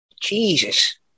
Jesus